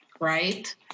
right